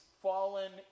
Fallen